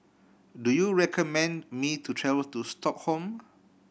do you recommend me to travel to Stockholm